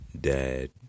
dad